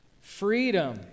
Freedom